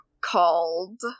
called